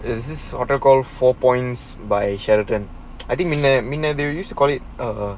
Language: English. is this hotel called four points by sheraton I think minute minute they used to call it err